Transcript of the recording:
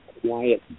quiet